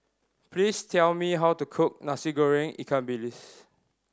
please tell me how to cook Nasi Goreng ikan bilis